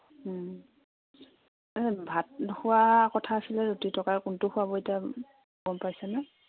তাতে ভাতখোৱা কথা আছিলে ৰুটি তৰকাৰি কোনটো খোৱাব এতিয়া গম পাইছ নে